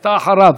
אתה אחריו.